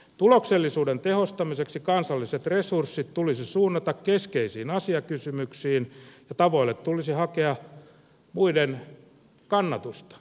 tuloksellisuuden tehostamiseksi kansalliset resurssit tulisi suunnata keskeisiin asiakysymyksiin ja tavoille tulisi hakea muiden kannatusta